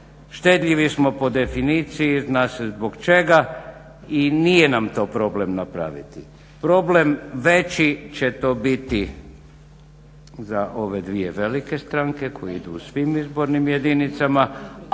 štedljivi smo po definiciji zna se zbog čega i nije nam to problem napraviti. Problem veći će to biti za ove dvije velike stranke koje idu u svim izbornim jedinicama,